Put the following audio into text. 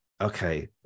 okay